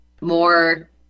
more